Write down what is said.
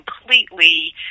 completely